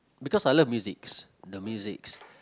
because I love musics the musics